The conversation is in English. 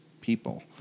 people